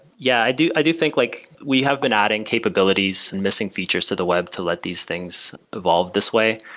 yeah, i do i do think like we have been adding capabilities and missing features to the web to let these things evolve this way.